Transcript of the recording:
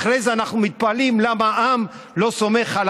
אחרי זה אנחנו מתפלאים למה העם לא סומך על